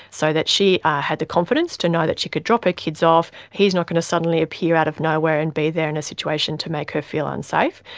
so that she had the confidence to know that she could drop her kids off, he's not going to suddenly appear out of nowhere and be there in a situation to make her feel unsafe.